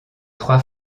trois